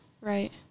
Right